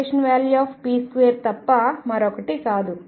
⟨p2⟩ తప్ప మరొకటి కాదు